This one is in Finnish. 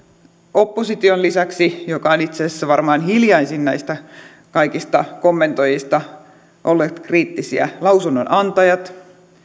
opposition lisäksi joka on itse asiassa varmaan hiljaisin näistä kaikista kommentoijista olleet kriittisiä lausunnonantajat